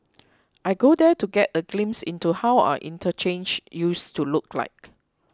I go there to get a glimpse into how our interchanges used to look like